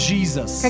Jesus